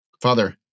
Father